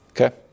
Okay